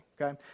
okay